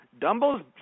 Dumbo's